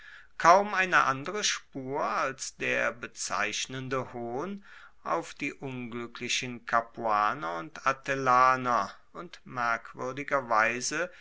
kaum eine andere spur als der bezeichnende hohn auf die ungluecklichen capuaner und atellaner und